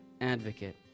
Advocate